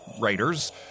writers